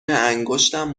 انگشتم